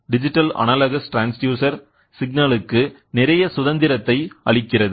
digital analogous transducer சிக்னலுக்கு நிறைய சுதந்திரத்தை அளிக்கிறது